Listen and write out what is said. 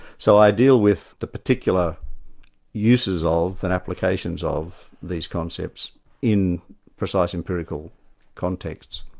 so i deal with the particular uses of, and applications of, these concepts in precise, empirical contexts,